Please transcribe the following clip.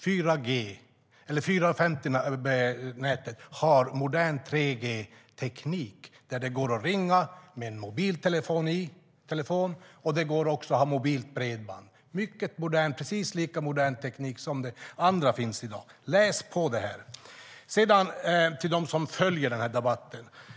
450-nätet har modern 3G-teknik, där det går att ringa med en mobiltelefon. Det går också att ha mobilt bredband. Det är precis lika modern teknik som det andra som finns i dag. Läs på om det här! Nu vänder jag mig till dem som följer debatten.